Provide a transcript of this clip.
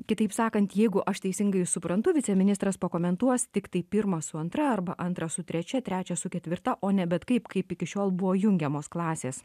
kitaip sakant jeigu aš teisingai suprantu viceministras pakomentuos tiktai pirmą su antra arba antrą su trečia trečią su ketvirta o ne bet kaip kaip iki šiol buvo jungiamos klasės